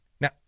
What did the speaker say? Now